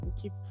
keep